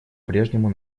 прежнему